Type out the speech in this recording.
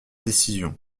décisions